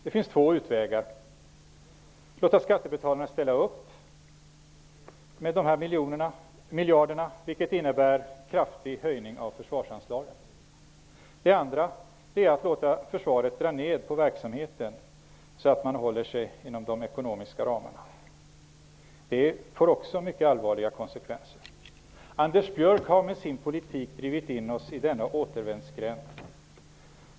Det finns två utvägar: Den ena är att låta skattebetalarna ställa upp med miljarderna, vilket innebär en kraftig höjning av försvarsanslagen. Den andra är att låta försvaret dra ner på verksamheten, så att man håller sig inom de ekonomiska ramarna. Det skulle också få mycket allvarliga konsekvenser. Anders Björck har genom sin politik drivit in oss i denna återvändsgränd.